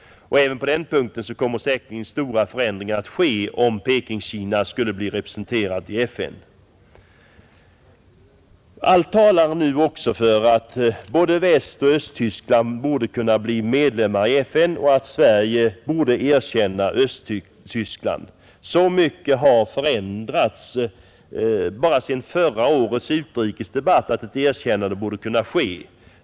Även på den punkten kommer säkerligen stora förändringar att ske om Pekingkina blir representerat i FN. Allt talar nu också för att både Västoch Östtyskland borde kunna bli medlemmar i FN och att Sverige borde erkänna Östtyskland. Så mycket har förändrats bara sedan förra årets utrikesdebatt att ett erkännande borde kunna ske.